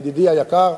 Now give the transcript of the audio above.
ידידי היקר,